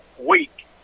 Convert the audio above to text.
week